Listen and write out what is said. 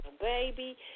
baby